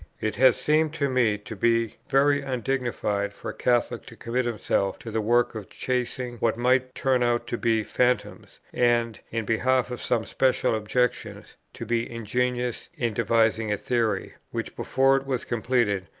it has seemed to me to be very undignified for a catholic to commit himself to the work of chasing what might turn out to be phantoms, and, in behalf of some special objections, to be ingenious in devising a theory, which, before it was completed,